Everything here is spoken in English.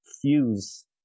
fuse